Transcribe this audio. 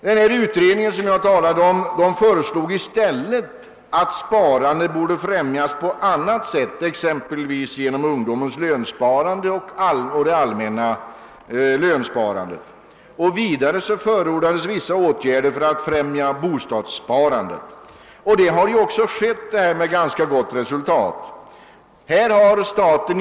Den utredning som jag här talat om föreslog att sparandet i stället borde främjas på annat sätt, exempelvis ge nom ungdomens lönsparande och det allmänna lönsparandet. Vidare förordades vissa åtgärder för att främja bostadssparandet. Allt detta har också genomförts med ganska gott resultat.